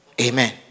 Amen